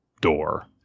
door